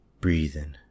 Breathing